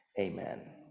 Amen